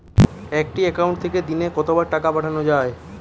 একটি একাউন্ট থেকে দিনে কতবার টাকা পাঠানো য়ায়?